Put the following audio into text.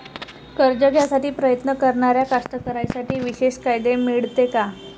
कर्ज घ्यासाठी प्रयत्न करणाऱ्या कास्तकाराइसाठी विशेष फायदे मिळते का?